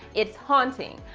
it's haunting.